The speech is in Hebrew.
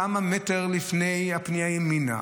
כמה מטר לפני הפנייה ימינה?